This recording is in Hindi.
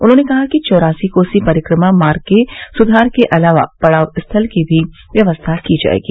उन्होंने कहा कि चौरासी कोसी परिक्रमा मार्ग के सुधार के अलावा पड़ाव स्थल की व्यवस्था की जायेगी